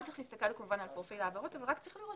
צריך גם להסתכל על פרופיל העבירות אבל גם לראות